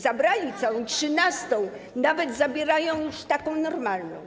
Zabrali całą trzynastą, nawet zabierają już taką normalną.